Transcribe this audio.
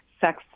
sex